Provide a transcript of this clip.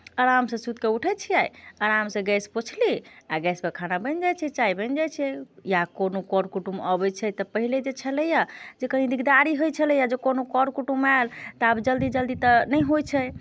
आरामसँ सुति कऽ उठैत छियै आरामसँ गैस पोछली आ गैसपर खाना बनि जाइत छै चाय बनि जाइत छै या कोनो कर कुटुम्ब अबैत छै तऽ पहिले जे छलै हँ जे कनी दिकदारी होइत छलै हँ जे कोनो कर कुटुम्ब आयल तऽ आब जल्दी जल्दी तऽ नहि होइत छै